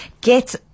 get